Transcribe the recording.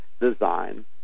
design